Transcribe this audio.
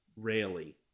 Rarely